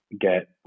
get